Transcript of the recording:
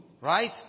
Right